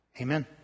Amen